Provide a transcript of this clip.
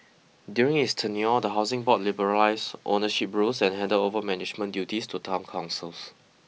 during his tenure the Housing Board liberalised ownership rules and handed over management duties to town councils